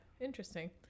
interesting